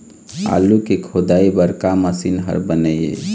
आलू के खोदाई बर का मशीन हर बने ये?